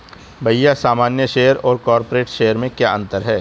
भैया सामान्य शेयर और कॉरपोरेट्स शेयर में क्या अंतर है?